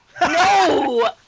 No